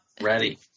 Ready